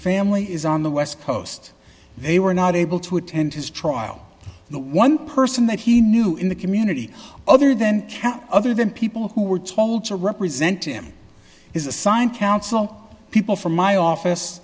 family is on the west coast they were not able to attend his trial the one person that he knew in the community other than cap other than people who were told to represent him is a sign council people from my office